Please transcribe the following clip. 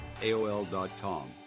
aol.com